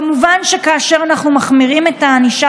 כמובן שכאשר אנחנו מחמירים את הענישה